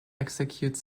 executes